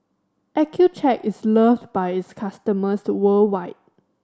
Accucheck is loved by its customers worldwide